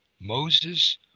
Moses